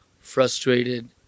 frustrated